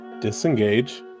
disengage